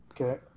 Okay